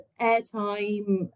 airtime